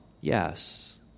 yes